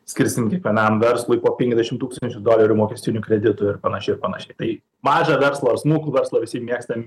skirsim kiekvienam verslui po penkiasdešim tūkstančių dolerių mokestinių kreditų ir panašiai ir panašiai tai mažą verslą ar smulkų verslą visi mėgstam